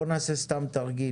בוא נעשה סתם תרגיל.